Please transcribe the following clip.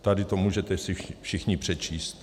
Tady si to můžete všichni přečíst.